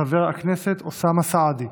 חבר הכנסת אוסאמה סעדי,